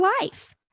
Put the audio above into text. life